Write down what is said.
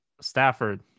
Stafford